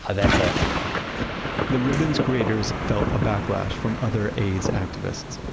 ah that's after the fact the ribbons creators felt a backlash from other aids activists.